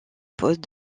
postes